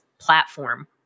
platform